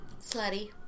Slutty